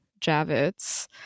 Javits